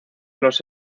los